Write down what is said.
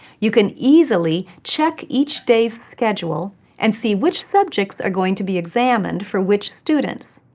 you can easily check each day's schedule and see which subjects are going to be examined for which students.